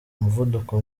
umuvuduko